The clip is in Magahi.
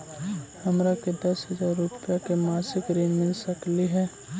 हमरा के दस हजार रुपया के मासिक ऋण मिल सकली हे?